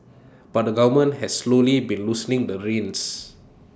but the government has slowly been loosening the reins